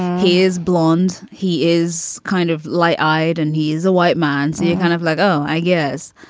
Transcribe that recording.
he is blond. he is kind of light eyed. and he is a white man. you kind of like, oh, i guess.